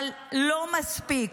אבל לא מספיק,